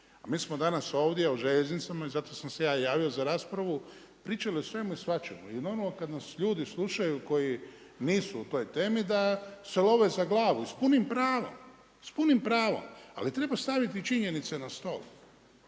a mi smo danas ovdje o željeznicama, i zato sam se ja javio za raspravu pričali o svemu i svačemu i normalno kad nas ljudi slušaju, koji nisu u toj temi da se love za glavu i s punim pravom, s punim pravom, ali treba staviti činjenice na stol.